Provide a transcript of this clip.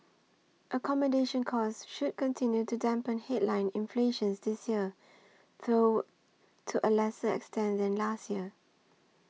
accommodation costs should continue to dampen headline inflation this year though to a lesser extent than last year